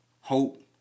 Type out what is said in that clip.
hope